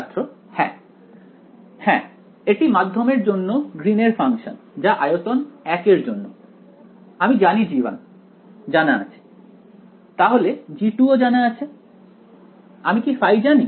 ছাত্র হ্যাঁ হ্যাঁ এটি মাধ্যমের জন্য গ্রিনের ফাংশন যা আয়তন 1 এর জন্য আমি জানি g1 জানা আছে তাহলে g2 ও জানা আছে আমি কি ফাই জানি